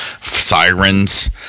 sirens